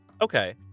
okay